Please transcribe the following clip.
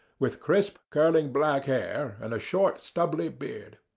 with crisp curling black hair, and a short stubbly beard.